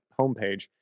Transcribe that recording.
homepage